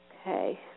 Okay